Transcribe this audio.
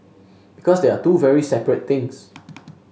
because they are two very separate things